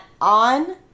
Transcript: on